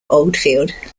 oldfield